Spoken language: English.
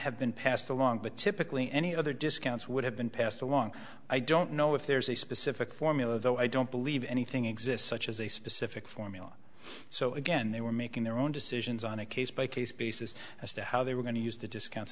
have been passed along but typically any other discounts would have been passed along i don't know if there's a specific formula though i don't believe anything exists such as a specific formula so again they were making their own decisions on a case by case basis as to how they were going to use the discounts